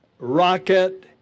rocket